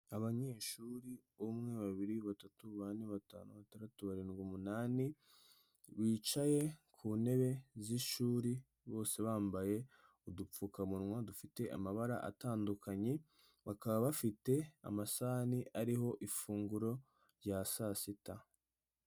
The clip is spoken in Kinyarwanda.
Ubanyeshuri umwe, babiri, batatu, bane, batanu, batandatu, barindwi, umunani, bicaye ku ntebe z'ishuri bose bambaye udupfukamunwa dufite amabara atandukanye, bakaba bafite amasahani ariho ifunguro rya saa sita.